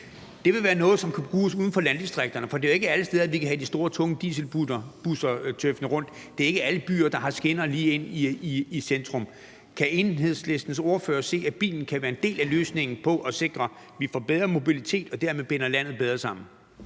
det vil være noget, som kan bruges uden for landdistrikterne. For det er jo ikke alle steder, vi kan have de store, tunge dieselbusser tøffende rundt. Det er ikke alle byer, der har skinner lige ind i centrum. Kan Enhedslistens ordfører se, at bilen kan være en del af løsningen på at sikre, at vi får en bedre mobilitet, og at vi dermed binder landet bedre sammen?